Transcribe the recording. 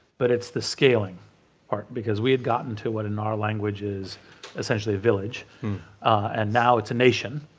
but it's the scaling arc because we had gotten to what, in our language, is essentially a village and now it's a nation,